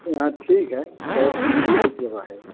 हाँ ठीक है बहुत ठीक जगह है